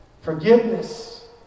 forgiveness